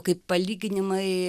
kaip palyginimai